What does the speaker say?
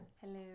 Hello